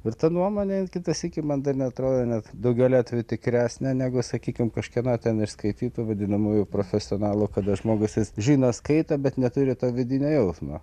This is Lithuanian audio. ir ta nuomonė kitą sykį man dar net atrodė net daugeliu atvejų tikresnė negu sakykim kažkieno ten iš skaitytų vadinamųjų profesionalų kada žmogus jis žino skaito bet neturi to vidinio jausmo